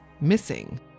missing